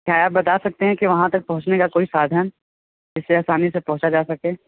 क्या आप बता सकते है के वहाँ तक पहुंचने का कोई साधन जिससे आसानी से पहुंचा जा सके